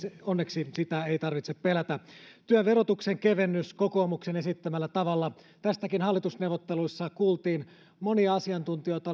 onneksi ei tarvitse pelätä työn verotuksen kevennys kokoomuksen esittämällä tavalla tästäkin hallitusneuvotteluissa kuultiin monia asiantuntijoita